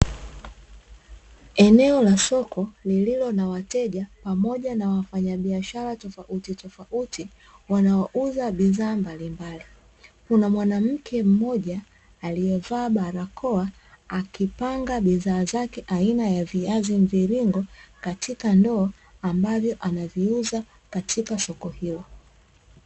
Eneo la soko lililo na wateja pamoja na wafanyabiashara tofauti tofauti wanaouza bidhaa mbalimbali. Kuna mwanamke mmoja aliyevaa barakoa akipanga bidhaa zake aina ya viazi mviringo katika ndoo ambavyo anaviuza katika soko hilo.